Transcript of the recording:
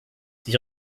die